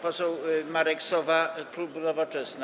Poseł Marek Sowa, klub Nowoczesna.